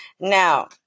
Now